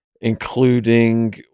including